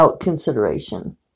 consideration